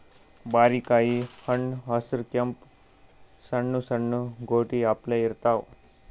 ಬಾರಿಕಾಯಿ ಹಣ್ಣ್ ಹಸ್ರ್ ಕೆಂಪ್ ಸಣ್ಣು ಸಣ್ಣು ಗೋಟಿ ಅಪ್ಲೆ ಇರ್ತವ್